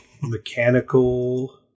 mechanical